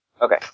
Okay